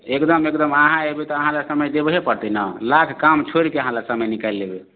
एकदम एकदम अहाँ एबै तऽ अहाँ लऽ समय देबहे पड़तै ने लाख काम छोड़िके अहाँ लऽ समय निकालि लेबै